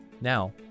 Now